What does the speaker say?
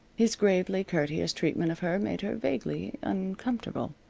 his gravely courteous treatment of her made her vaguely uncomfortable.